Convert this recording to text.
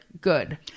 good